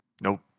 nope